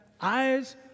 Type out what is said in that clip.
eyes